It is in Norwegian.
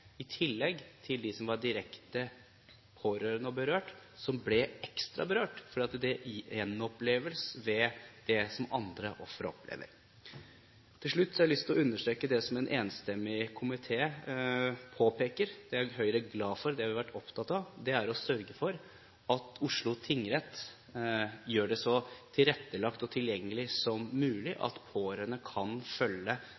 i tillegg til dem som er direkte pårørende og berørt som ble ekstra berørt, fordi det gjenoppleves ved det andre ofre opplever. Til slutt har jeg lyst til å understreke det som en enstemmig komité påpeker – det er Høyre glad for, det har vi vært opptatt av – å sørge for at Oslo tingrett gjør det så tilrettelagt og tilgjengelig som mulig,